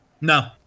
No